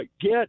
get